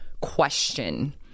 question